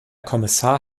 kommissar